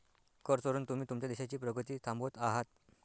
कर चोरून तुम्ही तुमच्या देशाची प्रगती थांबवत आहात